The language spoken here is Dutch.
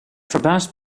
verbaast